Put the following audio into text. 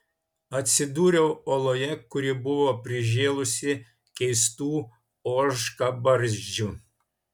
atsidūriau oloje kuri buvo prižėlusi keistų ožkabarzdžių